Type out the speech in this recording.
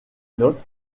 notes